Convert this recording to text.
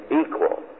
equal